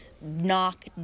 knock